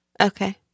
Okay